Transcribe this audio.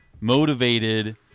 motivated